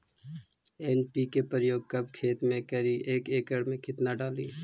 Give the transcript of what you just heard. NPK प्रयोग कब खेत मे करि एक एकड़ मे कितना डाली?